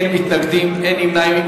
אין מתנגדים ואין נמנעים.